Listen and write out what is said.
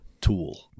tool